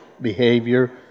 behavior